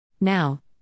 Now